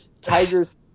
Tigers